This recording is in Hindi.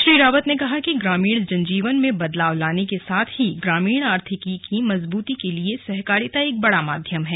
श्री रावत ने कहा कि ग्रामीण जनजीवन में बदलाव लाने के साथ ही ग्रामीण आर्थिकी की मजबूती के लिए सहकारिता एक बड़ा माध्यम है